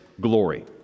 glory